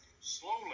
slowly